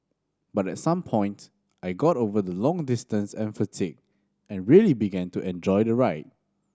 but at some point I got over the long distance and fatigue and really began to enjoy the ride